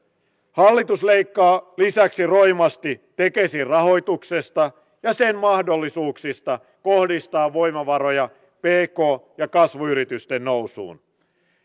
hallitus leikkaa lisäksi roimasti tekesin rahoituksesta ja sen mahdollisuuksista kohdistaa voimavaroja pk ja kasvuyritysten nousuun